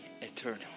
Eternal